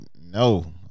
no